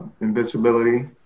invincibility